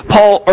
Paul